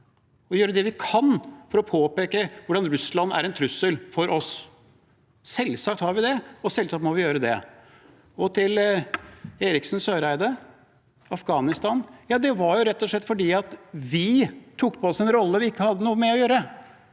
og gjøre det vi kan for å påpeke hvordan Russland er en trussel for oss. Selvsagt har vi det, og selvsagt må vi gjøre det. Til Eriksen Søreide og Afghanistan: Det var rett og slett fordi vi tok på oss en rolle vi ikke hadde noe med å gjøre,